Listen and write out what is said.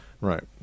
Right